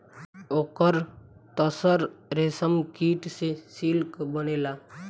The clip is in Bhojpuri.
ओकर तसर रेशमकीट से सिल्क बनेला